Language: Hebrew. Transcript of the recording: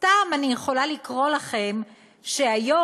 סתם אני יכולה לקרוא לכם שהיום,